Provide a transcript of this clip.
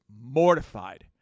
mortified